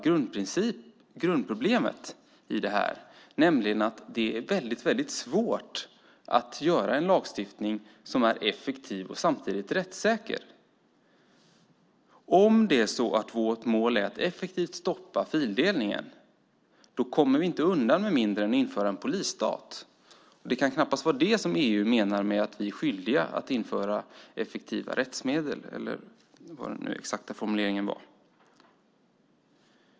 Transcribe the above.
Grundproblemet är att det är svårt att införa en lagstiftning som är effektiv och samtidigt rättssäker. Om vårt mål är att effektivt stoppa fildelningen kommer vi inte undan med mindre än införandet av en polisstat. Det kan knappast vara det som EU menar med att vi är skyldiga att införa effektiva rättsmedel - eller hur den exakta formuleringen nu var.